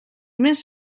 més